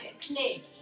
clearly